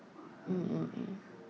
mm mm mm